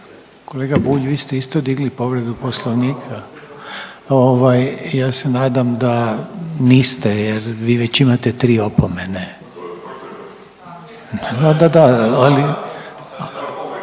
kolega Bulj, vi ste isto digli povredu Poslovnika? Ovaj, ja se nadam da niste jer vi već imate 3 opomene. .../Upadica